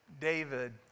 David